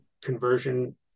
conversion